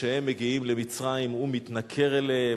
כשהם מגיעים למצרים הוא מתנכר אליהם,